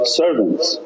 servants